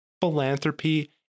philanthropy